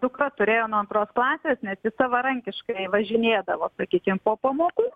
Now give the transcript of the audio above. dukra turėjo nuo antros klasės nes ji savarankiškai važinėdavo sakykim po pamokų